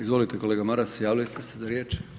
Izvolite kolega Maras, javili ste se za riječ.